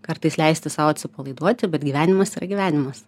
kartais leisti sau atsipalaiduoti bet gyvenimas yra gyvenimas